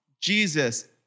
Jesus